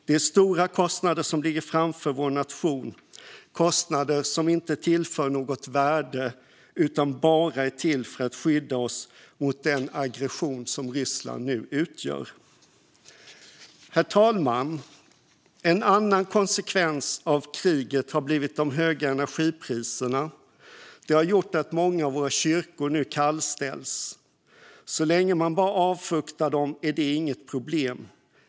Det är stora kostnader som ligger framför vår nation, kostnader som inte tillför något värde utan bara är till för att skydda oss mot den aggression som Ryssland nu utgör. Herr talman! En annan konsekvens av kriget har blivit de höga energipriserna. De har gjort att många av våra kyrkor nu kallställs. Så länge man bara avfuktar dem är det inget problem.